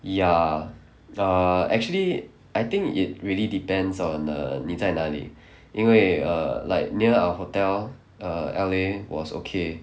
ya ya actually I think it really depends on err 你在哪里因为 err like near our hotel err L_A was okay